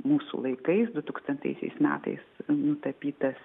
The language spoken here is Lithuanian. mūsų laikais dutūkstantaisiais metais nutapytas